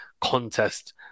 contest